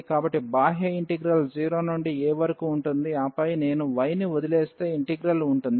కాబట్టి బాహ్య ఇంటిగ్రల్ 0 నుండి a వరకు ఉంటుంది ఆపై నేను y ని వదిలేస్తే ఇంటిగ్రల్ ఉంటుంది